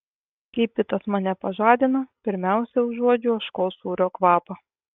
kai pitas mane pažadina pirmiausia užuodžiu ožkos sūrio kvapą